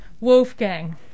Wolfgang